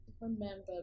remember